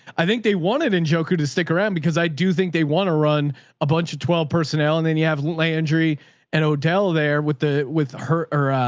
i think they wanted in joker to stick around because i do think they want to run a bunch of twelve personnel and then you have landry and odell there with the, the, with her or